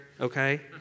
okay